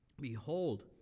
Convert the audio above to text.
Behold